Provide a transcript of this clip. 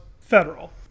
federal